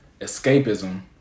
escapism